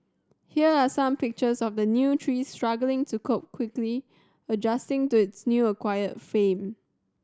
here are some pictures of the new tree struggling to cope quickly adjusting to its new acquired fame